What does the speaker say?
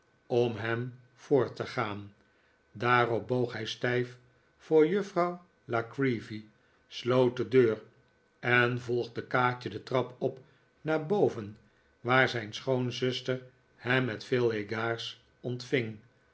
om hem voor te gaan daarop boog hij stijf voor juffrouw la creevy sloot de deur en volgde kaatje de trap op naar boven waar zijn schoonzuster hem met veel egards ontving